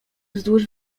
wzdłuż